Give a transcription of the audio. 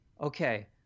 okay